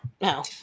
No